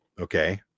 okay